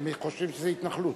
אני חושב שזה התנחלות.